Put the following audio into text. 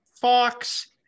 Fox